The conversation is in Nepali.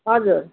हजुर